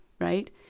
right